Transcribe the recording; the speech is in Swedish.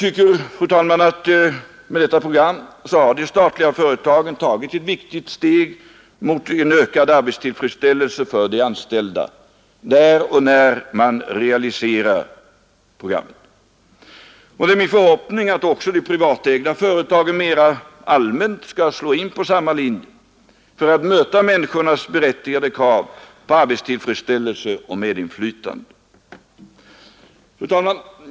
Med detta program anser jag att de statliga företagen har tagit ett viktigt steg mot en ökad arbetstillfredsställelse för de anställda, där och när man realiserar programmet. Det är min förhoppning att också de privatägda företagen mera allmänt skall slå in på denna linje för att möta människornas berättigade krav på arbetstillfredsställelse och medinflytande.